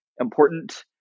important